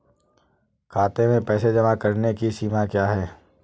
खाते में पैसे जमा करने की सीमा क्या है?